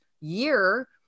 year